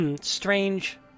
strange